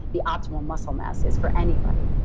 the optimal muscle mass is for anybody.